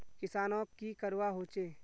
किसानोक की करवा होचे?